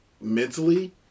mentally